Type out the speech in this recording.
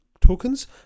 tokens